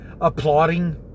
applauding